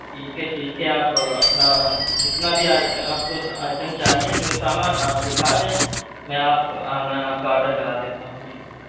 ٹھیک ہے ٹھیک ہے آپ اپنا جتنا بھی آپ کو آئٹم چاہئیں جو سامان آپ لکھا دیں میں آپ کا آن لائن آپ کا آرڈر کرا دیتا ہوں جی